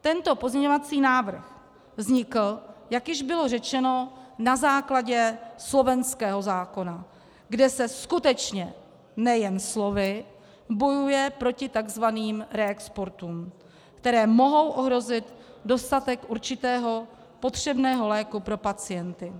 Tento pozměňovací návrh vznikl, jak již bylo řečeno, na základě slovenského zákona, kde se skutečně, nejen slovy, bojuje proti tzv. reexportům, které mohou ohrozit dostatek určitého potřebného léku pro pacienty.